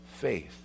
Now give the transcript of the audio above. faith